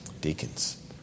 Deacons